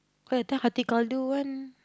cause that time one